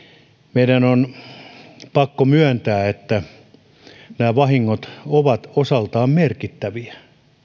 meidän on pakko myöntää että nämä vahingot ovat osaltaan merkittäviä